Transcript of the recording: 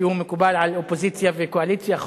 כי הוא מקובל על אופוזיציה וקואליציה,